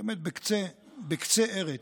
באמת, בקצה ארץ,